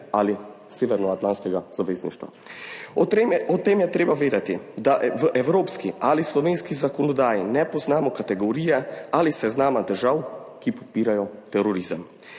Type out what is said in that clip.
ali Severnoatlantskega zavezništva. Ob tem je treba vedeti, da v evropski ali slovenski zakonodaji ne poznamo kategorije ali seznama držav, ki podpirajo terorizem.